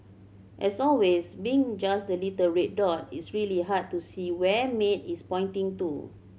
as always being just the little red dot it's really hard to see where Maid is pointing to